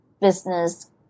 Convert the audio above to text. business